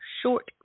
Short